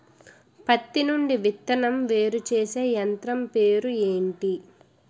పత్తి నుండి విత్తనం వేరుచేసే యంత్రం పేరు ఏంటి